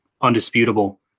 undisputable